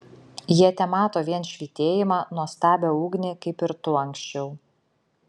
jie temato vien švytėjimą nuostabią ugnį kaip ir tu anksčiau